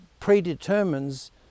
predetermines